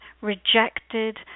rejected